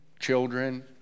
children